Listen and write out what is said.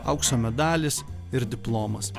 aukso medalis ir diplomas